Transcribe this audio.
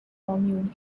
commune